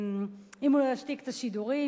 אם הוא לא ישתיק את השידורים,